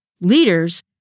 leaders